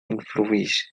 influis